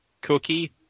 Cookie